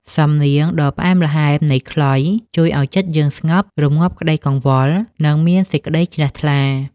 សំនៀងដ៏ផ្អែមល្ហែមនៃខ្លុយ ជួយឱ្យចិត្តយើងស្ងប់ រម្ងាប់ក្ដីកង្វល់ និងមានសេចក្ដីជ្រះថ្លា។